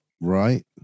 right